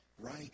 right